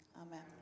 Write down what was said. Amen